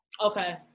Okay